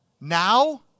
Now